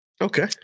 Okay